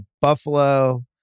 Buffalo